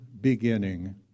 beginning